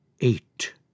eight